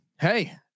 Hey